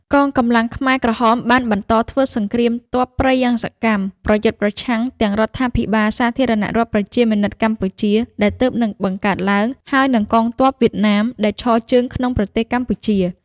កងកម្លាំងខ្មែរក្រហមបានបន្តធ្វើសង្គ្រាមទ័ពព្រៃយ៉ាងសកម្ម ប្រយុទ្ធប្រឆាំងទាំងរដ្ឋាភិបាលសាធារណរដ្ឋប្រជាមានិតកម្ពុជា ដែលទើបនឹងបង្កើតឡើង ហើយនិងកងទ័ពវៀតណាមដែលឈរជើងក្នុងប្រទេសកម្ពុជា។